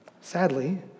Sadly